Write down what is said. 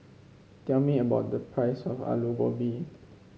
tell me about the price of Alu Gobi